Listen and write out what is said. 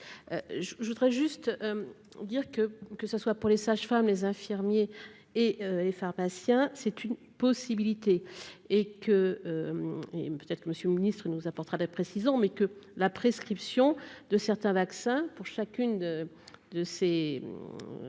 je voudrais juste dire que que ce soit pour les sages-femmes, les infirmiers et les pharmaciens, c'est une possibilité et que, et peut-être que Monsieur le Ministre, nous apportera des précisant mais que la prescription de certains vaccins pour chacune de ces pour